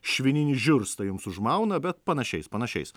švininį žiurstą jums užmauna bet panašiais panašiais